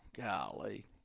Golly